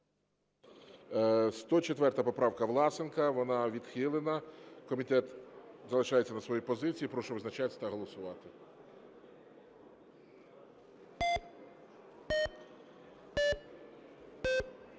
104 поправка Власенка, вона відхилена. Комітет залишається на своїй позиції Прошу визначатися та голосувати.